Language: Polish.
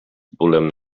bólem